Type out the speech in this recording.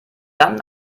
dann